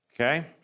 Okay